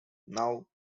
now